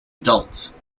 adults